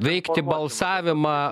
veikti balsavimą